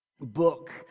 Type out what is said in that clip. book